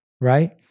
Right